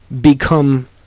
become